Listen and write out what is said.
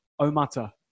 Omata